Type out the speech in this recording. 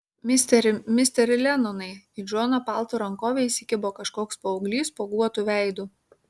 misteri misteri lenonai į džono palto rankovę įsikibo kažkoks paauglys spuoguotu veidu